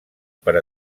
per